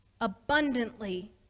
abundantly